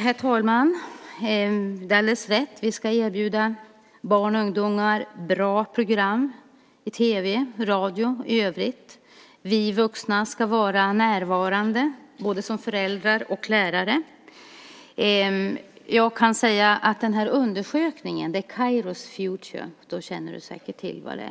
Herr talman! Det är alldeles rätt att vi ska erbjuda barn och ungdomar bra program på tv och radio och i övrigt. Vi vuxna ska vara närvarande både som föräldrar och som lärare. Jag kan säga att den här undersökningen är från Kairos Future - du känner säkert till vad det